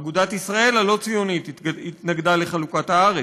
אגודת ישראל הלא-ציונית התנגדה לחלוקת הארץ.